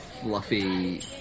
fluffy